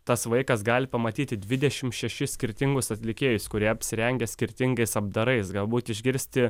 tas vaikas gali pamatyti dvidešim šešis skirtingus atlikėjus kurie apsirengę skirtingais apdarais galbūt išgirsti